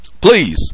Please